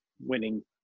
winning